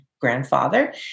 grandfather